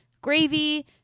gravy